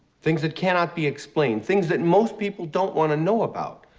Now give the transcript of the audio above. things that cannot be explained. things that most people don't wanna know about!